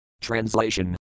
Translation